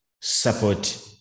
support